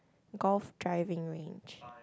golf driving range